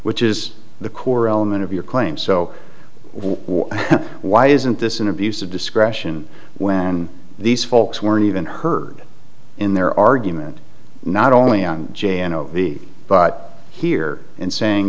which is the core element of your claim so why why isn't this an abuse of discretion when these folks weren't even heard in their argument not only on j n o v but here and saying